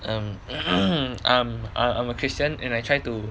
um um um I'm a christian and I try to